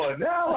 now